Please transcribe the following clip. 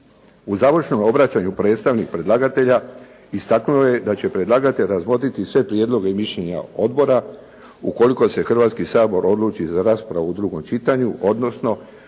U završnom obraćanju predstavnik predlagatelja istaknuo je da će predlagatelj razmotriti sve prijedloge i mišljenja odbora ukoliko se Hrvatski sabor odluči za raspravu u drugom čitanju, odnosno